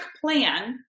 plan